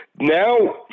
now